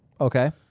Okay